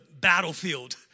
battlefield